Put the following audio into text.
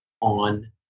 on